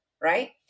right